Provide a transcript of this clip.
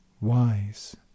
wise